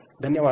ధన్యవాదాలు